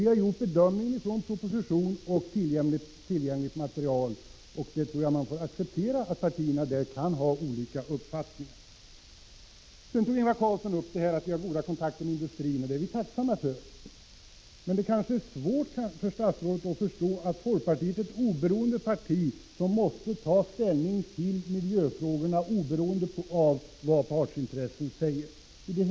Vi har gjort vår bedömning utifrån propositionen och annat tillgängligt material, och man får acceptera att partierna kan ha olika uppfattningar. Sedan hävdade Ingvar Carlsson att vi har goda kontakter med bilindustrin. Det är vi tacksamma för att vi har, men det är kanske svårt för statsrådet att förstå att folkpartiet är ett oberoende parti, som måste ta ställning till miljöfrågorna utan tanke på vad olika partsintressen säger.